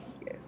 Yes